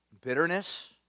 bitterness